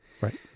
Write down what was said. Right